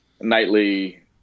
nightly